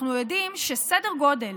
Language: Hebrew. אנחנו יודעים שסדר גודל